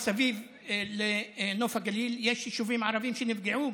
מסביב לנוף הגליל יש יישובים ערביים שגם נפגעו: